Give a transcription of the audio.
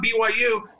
BYU